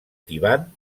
tibant